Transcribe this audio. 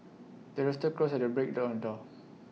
the rooster crows at the break of dawn